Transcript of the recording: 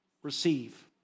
receive